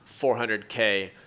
400K